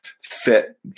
fit